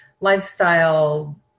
Lifestyle